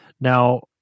Now